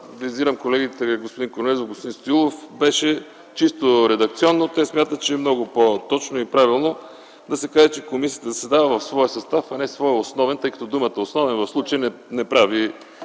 визирам колегите господин Корнезов и господин Стоилов, беше чисто редакционно. Те смятат, че много по-точно и правилно е да се каже, че „Подкомисията заседава в своя състав”, а не „в своя основен състав”, тъй като думата „основен” в случая не прави